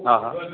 હા હા